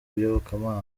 iyobokamana